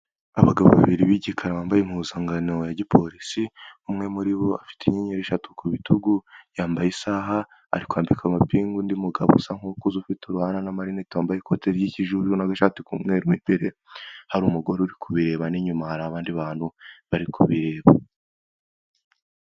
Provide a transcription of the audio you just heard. Abagabo babiri b'igikara bambaye impuzangano ya gipolisi, umwe muri bo afite inyenyeri eshatu ku bitugu, yambaye isaha ari kwambika amapingu undi mugabo usa nk'ukuze ufite uruha n'amarinete wambaye ikoti ry'ikijuju n'agashati k'umweru mu imbere, hari umugore uri kubireba n'inyuma hari abandi bantu bari kubireba.